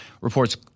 Reports